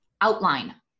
outline